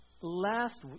last